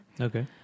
Okay